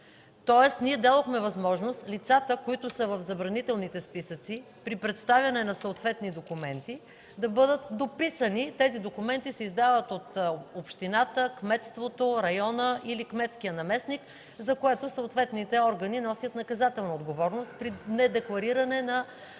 Тоест ние дадохме възможност лицата, които са в забранителните списъци, при представяне на съответни документи, да бъдат дописани. Тези документи се издават от общината, кметството, района или кметския наместник, за което съответните органи носят наказателна отговорност при недеклариране на